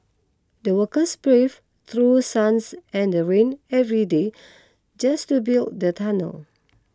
the workers brave through sun and rain every day just to build the tunnel